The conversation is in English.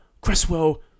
Cresswell